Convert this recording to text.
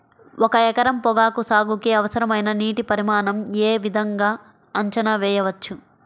ఒక ఎకరం పొగాకు సాగుకి అవసరమైన నీటి పరిమాణం యే విధంగా అంచనా వేయవచ్చు?